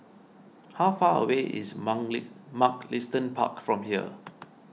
how far away is Mugliston Park from here